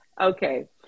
Okay